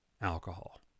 alcohol